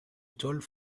told